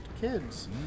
kids